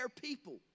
people